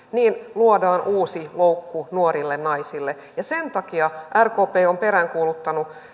luodaan uusi loukku nuorille naisille ja sen takia rkp on peräänkuuluttanut